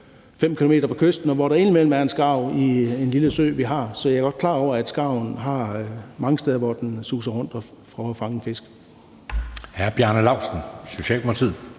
5 km fra kysten, og hvor der indimellem er en skarv i en lille sø, vi har, så jeg er godt klar over, at skarven har mange steder, hvor den suser rundt for at fange fisk. Kl. 20:58 Anden næstformand